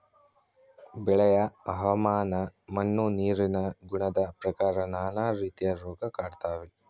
ಬೆಳೆಯ ಹವಾಮಾನ ಮಣ್ಣು ನೀರಿನ ಗುಣದ ಪ್ರಕಾರ ನಾನಾ ರೀತಿಯ ರೋಗ ಕಾಡ್ತಾವೆ